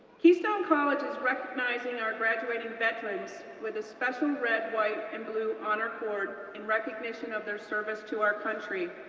keystone college is recognizing our graduating veterans with a special red, white, and blue honor cord in recognition of their service to our country.